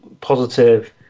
positive